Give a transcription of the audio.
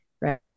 Right